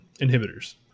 inhibitors